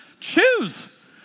choose